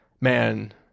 man